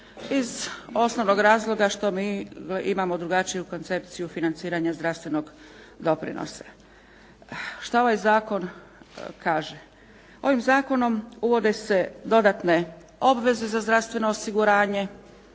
iz osnovnog razloga što mi imamo drugačiju koncepciju financiranja zdravstvenog doprinosa. Što ovaj zakon kaže. Ovim zakonom uvode se dodatne obveze za zdravstveno osiguranje